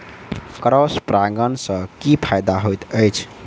Cross परागण सँ की फायदा हएत अछि?